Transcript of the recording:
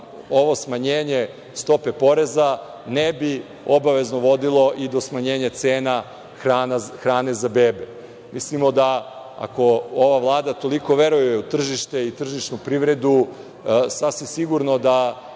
ovo smanjenje stope poreza ne bi obavezno vodilo i do smanjenja cene hrane za bebe. Mislimo da ako ova Vlada toliko veruje u tržište i tržišnu privredu, sasvim sigurno da